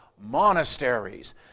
monasteries